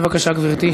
בבקשה, גברתי.